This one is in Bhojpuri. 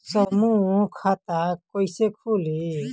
समूह खाता कैसे खुली?